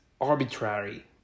arbitrary